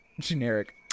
generic